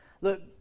Look